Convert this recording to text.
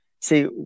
See